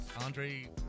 Andre